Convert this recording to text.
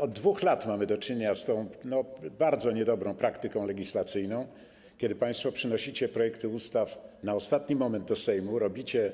Od 2 lat mamy do czynienia z tą bardzo niedobrą praktyką legislacyjną, kiedy państwo przynosicie projekty ustaw w ostatnim momencie do Sejmu, robicie